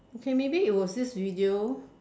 okay maybe it was this video